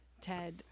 TED